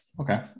Okay